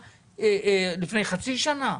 לפני חצי שנה,